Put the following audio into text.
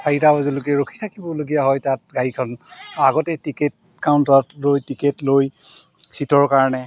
চাৰিটা বজিলৈকে ৰখি থাকিবলগীয়া হয় তাত গাড়ীখন আগতে টিকেট কাউণ্টাৰত লৈ টিকেট লৈ ছিটৰ কাৰণে